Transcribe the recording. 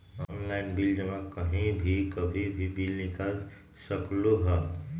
Online bill जमा कहीं भी कभी भी बिल निकाल सकलहु ह?